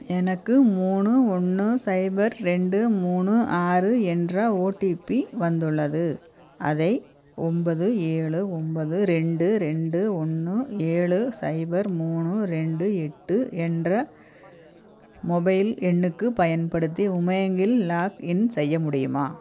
எனக்கு மூணு ஒன்று ஸைபர் ரெண்டு மூணு ஆறு என்ற ஓடிபி வந்துள்ளது அதை ஒன்பது ஏழு ஒன்பது ரெண்டு ரெண்டு ஒன்று ஏழு ஸைபர் மூணு ரெண்டு எட்டு என்ற மொபைல் எண்ணுக்குப் பயன்படுத்தி உமாங்கில் லாக்இன் செய்ய முடியுமா